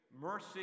mercy